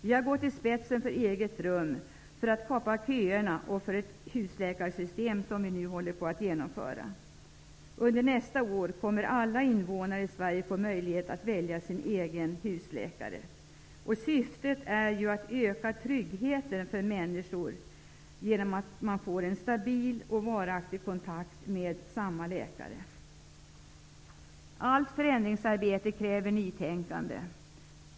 Vi har gått i spetsen för eget rum, för att kapa köerna och för ett husläkarsystem som nu håller på att genomföras. Under nästa år kommer alla invånare i Sverige att få möjlighet att välja sin egen husläkare. Syftet är att öka tryggheten för människor genom att de får en stabil och varaktig kontakt med samma läkare. Allt förändringsarbete kräver nytänkande.